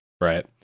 right